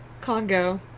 Congo